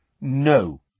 No